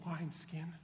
wineskin